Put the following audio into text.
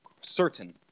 certain